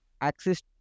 access